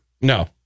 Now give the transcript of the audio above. No